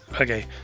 Okay